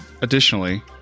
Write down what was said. Additionally